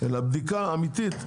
אלא בדיקה אמיתית.